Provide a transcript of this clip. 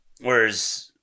Whereas